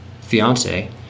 fiance